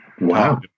Wow